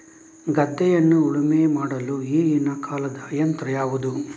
ಗದ್ದೆಯನ್ನು ಉಳುಮೆ ಮಾಡಲು ಈಗಿನ ಕಾಲದ ಯಂತ್ರ ಯಾವುದು?